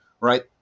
right